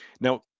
Now